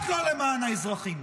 רק לא למען האזרחים.